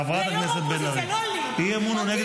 יאיר לפיד